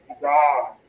God